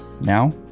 Now